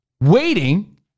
Waiting